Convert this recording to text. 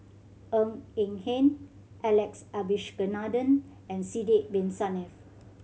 Ng Eng Hen Alex Abisheganaden and Sidek Bin Saniff